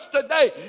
today